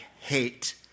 hate